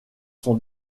sont